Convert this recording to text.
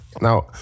Now